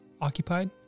occupied